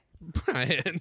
Brian